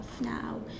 now